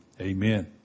amen